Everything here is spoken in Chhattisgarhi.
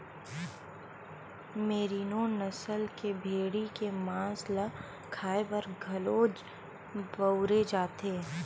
मेरिनों नसल के भेड़ी के मांस ल खाए बर घलो बउरे जाथे